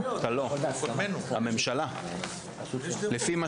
אני רק רוצה ליישר קו בהבנה - לפי מה